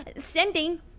Sending